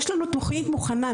יש לנו תכנית מוכנה,